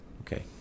Okay